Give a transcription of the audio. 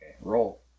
Roll